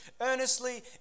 earnestly